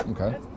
Okay